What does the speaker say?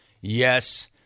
Yes